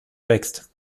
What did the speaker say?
wächst